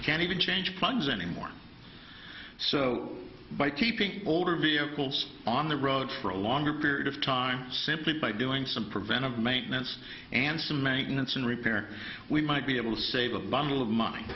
i can't even change plugs anymore so by keeping older vehicles on the road for a longer period of time simply by doing some preventive maintenance and some maintenance and repair we might be able to save a bundle of mone